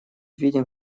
видим